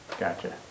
Gotcha